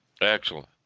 Excellent